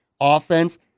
offense